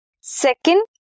Second